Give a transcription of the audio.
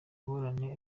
ngorane